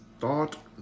Thought